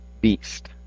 beast